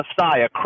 Messiah